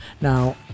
Now